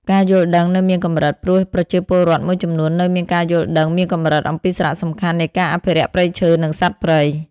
ការយល់ដឹងនៅមានកម្រិត ព្រោះប្រជាពលរដ្ឋមួយចំនួននៅមានការយល់ដឹងមានកម្រិតអំពីសារៈសំខាន់នៃការអភិរក្សព្រៃឈើ និងសត្វព្រៃ។